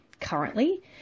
Currently